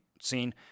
seen